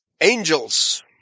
Angels